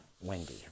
Wendy